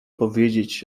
powiedzieć